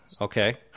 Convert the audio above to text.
Okay